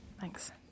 Thanks